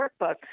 workbook